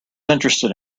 interested